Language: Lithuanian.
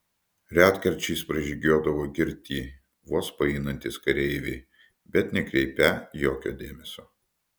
retkarčiais pražygiuodavo girti vos paeinantys kareiviai bet nekreipią jokio dėmesio